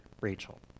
Rachel